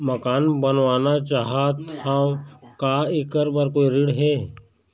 मकान बनवाना चाहत हाव, का ऐकर बर कोई ऋण हे?